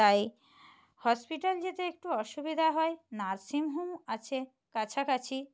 তাই হসপিটাল যেতে একটু অসুবিদা হয় নার্সিংহোম আছে কাছাকাছি